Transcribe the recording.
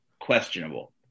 questionable